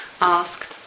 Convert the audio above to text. asked